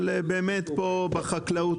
אבל פה בחקלאות,